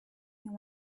and